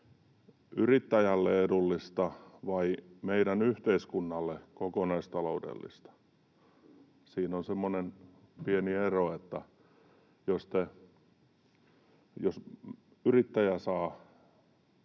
yrittäjälle edullista vai meidän yhteiskunnalle kokonaistaloudellista. Siinä on semmoinen pieni ero, että jos yrittäjä saa